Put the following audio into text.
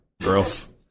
Girls